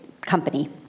Company